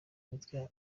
imitwe